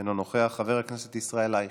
אינו נוכח, חבר הכנסת ישראל אייכלר,